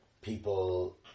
people